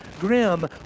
grim